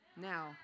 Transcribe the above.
Now